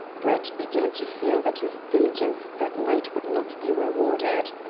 brett began to feel that his diligence that night would not be rewarded.